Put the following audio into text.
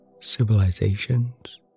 civilizations